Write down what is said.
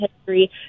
history